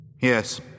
Yes